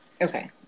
Okay